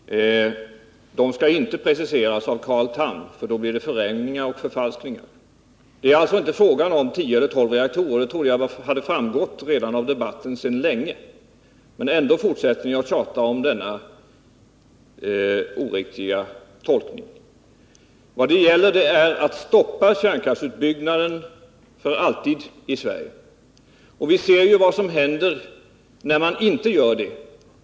Herr talman! Jag föredrar naturligtvis att precisera alternativen själv. De skall inte preciseras av Carl Tham, för då blir det förvrängningar och förfalskningar. Det är alltså inte fråga om tio eller tolv reaktorer. Det trodde jag hade framgått av debatten för länge sedan, men ni fortsätter att tjata om denna felaktiga tolkning. Vad det gäller är att stoppa kärnkraftsutbyggnaden för alltid i Sverige. Vi ser ju vad som händer när man inte gör det.